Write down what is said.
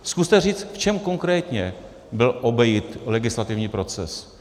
Zkuste říct, v čem konkrétně byl obejit legislativní proces.